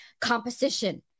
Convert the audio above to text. composition